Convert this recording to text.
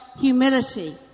humility